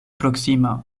proksima